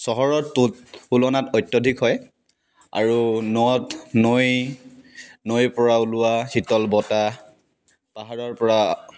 চহৰৰ তু তুলনাত অত্যধিক হয় আৰু নদ নৈ নৈৰ পৰা ওলোৱা শিতল বতাহ পাহাৰৰ পৰা